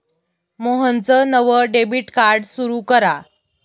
मोहनचं नवं debit card सुरू करा